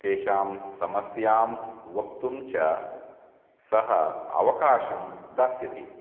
तेषां समस्यां वक्तुं च सः अवकाशं दास्यति